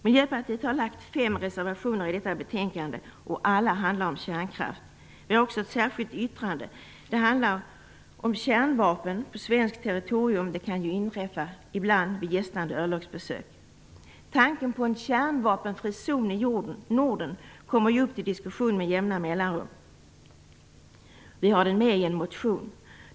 Miljöpartiet har avgett fem reservationer till detta betänkande, och alla handlar om kärnkraft. Vi har också ett särskilt yttrande. Det handlar om kärnvapen på svenskt territorium. Det kan inträffa ibland vid gästande örlogsbesök. Tanken om en kärnvapenfri zon i Norden kommer upp till diskussion med jämna mellanrum. Vi har den med i en motion.